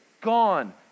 gone